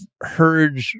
heard